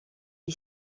est